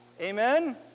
Amen